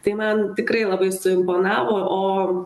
tai man tikrai labai suimponavo o